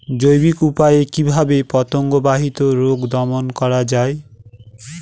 জৈবিক উপায়ে কিভাবে পতঙ্গ বাহিত রোগ দমন করা যায়?